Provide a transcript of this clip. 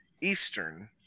Eastern